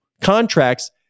contracts